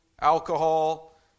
alcohol